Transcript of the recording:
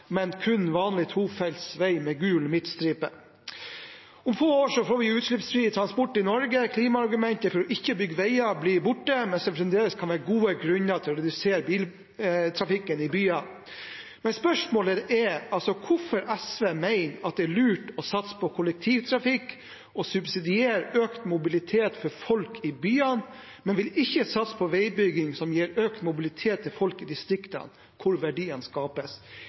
men kun vanlig tofelts vei med gul midtstripe. Om få år får vi utslippsfri transport i Norge. Klimaargumentet for ikke å bygge veier blir borte, mens det fremdeles kan være gode grunner til å redusere biltrafikken i byer. Men spørsmålet er: Hvorfor mener SV at det er lurt å satse på kollektivtrafikk og subsidiere økt mobilitet for folk i byene, men ikke å satse på veibygging som gir økt mobilitet til folk i distriktene, hvor verdiene skapes?